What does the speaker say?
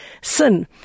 sin